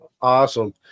Awesome